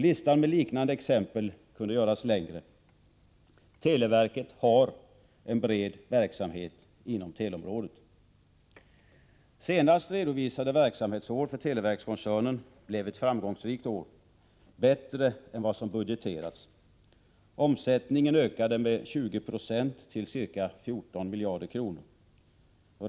Listan med liknande exempel kunde göras längre. Televerket har en bred verksamhet inom teleområdet. Senast redovisade verksamhetsår för televerkskoncernen blev ett framgångsrikt år — bättre än vad som budgeterats. Omsättningen ökade med 20 46 till ca 14 miljarder kronor.